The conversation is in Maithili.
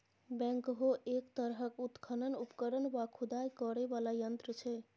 बैकहो एक तरहक उत्खनन उपकरण वा खुदाई करय बला यंत्र छै